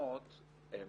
שממונות הן